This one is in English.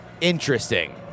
interesting